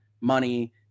money